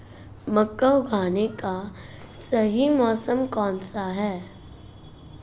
मक्का उगाने का सही मौसम कौनसा है?